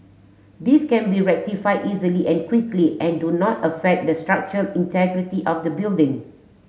these can be rectified easily and quickly and do not affect the structure integrity of the building